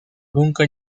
nunca